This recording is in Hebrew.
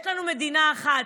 יש לנו מדינה אחת,